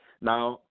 Now